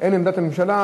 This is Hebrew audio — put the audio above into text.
אין עמדת הממשלה,